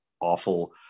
awful